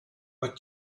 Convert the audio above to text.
but